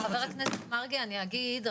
חבר הכנסת מרגי אני אגיד,